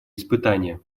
испытания